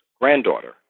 granddaughter